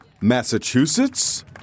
Massachusetts